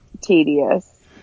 tedious